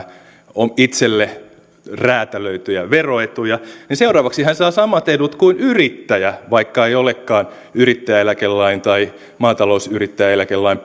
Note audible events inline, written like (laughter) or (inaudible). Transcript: itselle räätälöityjä veroetuja hän saa samat edut kuin yrittäjä vaikka ei olekaan yrittäjäeläkelain tai maatalousyrittäjäeläkelain (unintelligible)